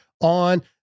on